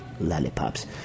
Lollipops